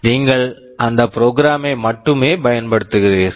நீங்கள் அந்த program program ஐ மட்டுமே பயன்படுத்துகிறீர்கள்